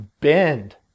bend